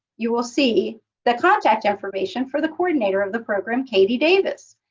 you will see the contact information for the coordinator of the program, katie davis.